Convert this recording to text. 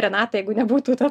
renata jeigu nebūtų to